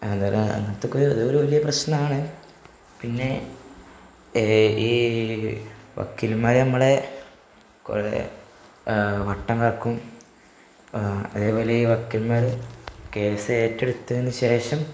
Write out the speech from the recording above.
അതാണ് അങ്ങനത്തൊക്കെ അതൊരു വലിയ പ്രശ്നമാണ് പിന്നെ ഈ വക്കീലന്മാര് നമ്മളെ കുറേ വട്ടം കറക്കും അതേപോലെ ഈ വക്കീൽമാര് കേസേറ്റെടുത്തതിനുശേഷം